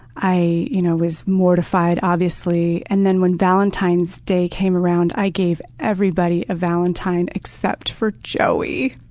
i you know was mortified, obviously. and then when valentine's day came around, i gave everybody a valentine except for joey.